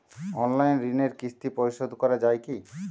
Online ঋণের কিস্তি পরিশোধ করা যায় কি?